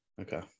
okay